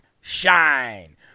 shine